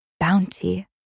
Bounty